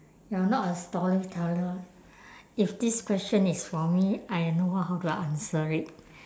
you are not a storyteller if this question is for me I know how to answer it